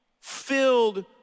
Filled